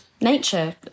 nature